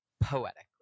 poetically